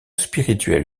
spirituel